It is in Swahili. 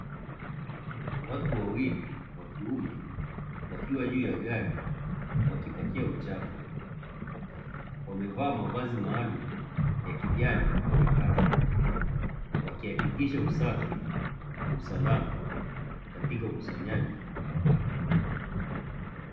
Watu wawili wa kiume wakiwa juu ya gari wakipakia uchafu, wamevaa mavazi maalumu ya kijani ya kazi wakihakikisha usafi na usalama katika ukusanyaji wa taka.